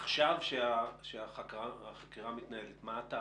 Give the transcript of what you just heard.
עכשיו כשהחקירה מתנהלת, מה אתה